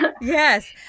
yes